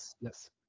yes